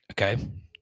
okay